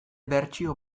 bertsio